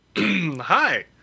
Hi